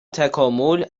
تکامل